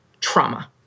trauma